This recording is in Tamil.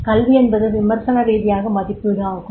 கல்வி என்பது விமர்சன ரீதியான மதிப்பீடு ஆகும்